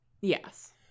Yes